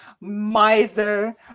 miser